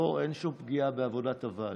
לא "ו", אלא אין שום פגיעה בעבודת הוועדות.